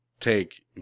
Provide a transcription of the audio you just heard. Take